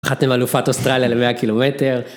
חתם אלופת אוסטרליה ל-100 קילומטר.